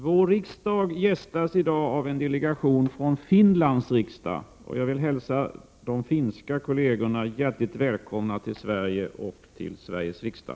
Vår riksdag gästas i dag av en delegation från Finlands riksdag, och jag vill hälsa de finska kollegerna hjärtligt välkomna till Sverige och till Sveriges riksdag.